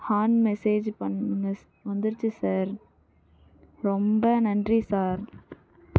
ஆங் message பண்ணுங்கள் வந்துடுச்சு sir ரொம்ப நன்றி சார்